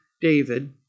David